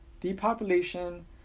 Depopulation